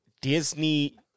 Disney